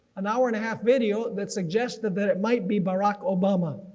an hour and a half video, that suggests that that it might be barack obama.